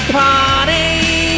party